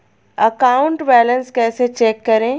Account balance कैसे check करें?